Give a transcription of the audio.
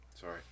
sorry